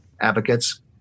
advocates